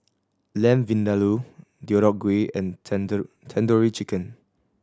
Lamb Vindaloo Deodeok Gui and Tandoori Chicken